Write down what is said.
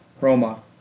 Roma